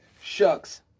Shucks